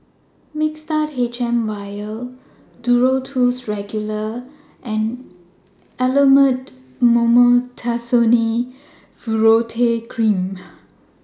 Mixtard HM Vial Duro Tuss Regular and Elomet Mometasone Furoate Cream